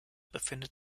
befindet